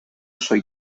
soy